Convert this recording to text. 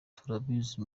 turabizi